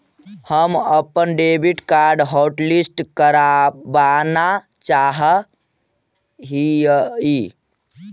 हम अपन debit card hotlist करावाना चाहा हियई